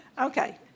Okay